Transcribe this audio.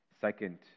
second